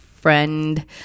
friend